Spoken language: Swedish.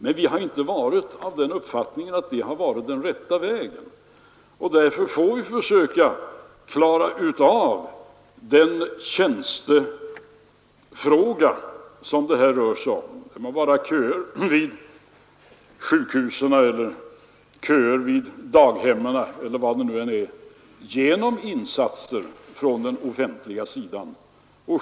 Men vi har inte ansett att det varit den rätta vägen, och därför får vi försöka klara av den tjänstefråga som det här rör sig om — det må vara köer vid sjukhusen eller köer vid daghemmen eller var det nu än är — genom insatser från den offentliga sidan.